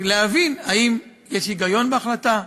להבין אם יש היגיון בהחלטה,